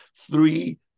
three